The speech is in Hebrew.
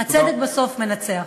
הצדק, בסוף מנצח.